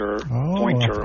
pointer